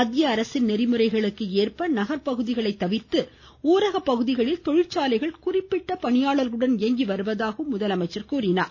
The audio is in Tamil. மத்திய அரசின் நெறிமுறைகளுக்கு ஏற்ப நகர்பகுதிகளை தவிர்த்து ஊரக பகுதிகளில் தொழிற்சாலைகள் குறிப்பிட்ட பணியாளர்களுடன் இயங்கிவருவதாகவும் அவர் தெரிவித்தார்